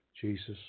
Jesus